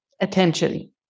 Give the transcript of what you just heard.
attention